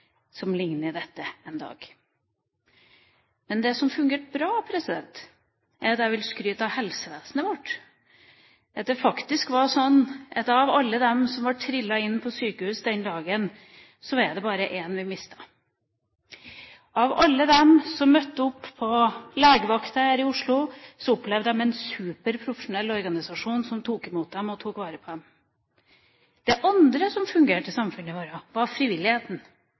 trussel som likner dette. Det som fungerte bra, og som jeg vil skryte av, er helsevesenet vårt. Det var faktisk slik at av alle dem som ble trillet inn på sykehus den dagen, er det bare én vi mistet. Alle de som møtte opp på Legevakten her i Oslo, opplevde en superprofesjonell organisasjon som tok imot dem og tok vare på dem. Det andre som fungerte i samfunnet vårt, var frivilligheten.